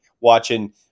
watching